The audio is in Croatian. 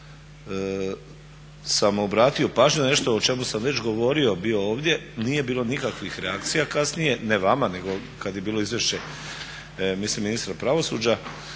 sam obratio pažnju na nešto o čemu sam već govorio bio ovdje nije bilo nikakvih reakcija kasnije ne vama nego kada je bilo izvješće mislim ministra pravosuđa